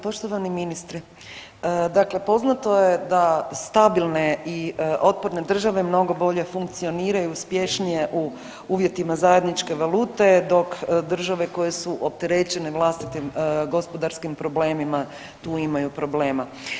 Poštovani ministre, dakle poznato je da stabilne i otporne države mnogo bolje funkcioniraju i uspješnije u uvjetima zajedničke valute dok države koje su opterećene vlastitim gospodarskim problemima tu imaju problema.